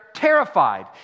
terrified